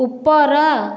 ଉପର